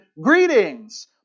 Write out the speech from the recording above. greetings